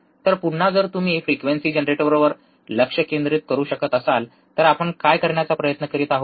तर पुन्हा जर तुम्ही फ्रिक्वेंसी जनरेटरवर लक्ष केंद्रित करू शकत असाल तर आपण काय करण्याचा प्रयत्न करीत आहोत